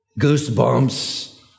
Goosebumps